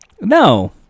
No